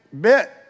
bit